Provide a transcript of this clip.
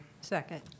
Second